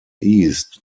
east